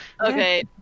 Okay